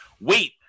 wait